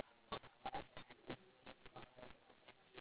ya ya ya she already bought it so no choice have to give you